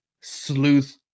sleuth